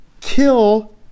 kill